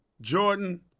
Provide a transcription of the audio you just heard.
Jordan